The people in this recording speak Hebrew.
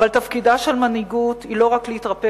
אבל תפקידה של מנהיגות הוא לא רק להתרפק